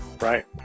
right